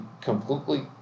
completely